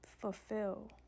Fulfill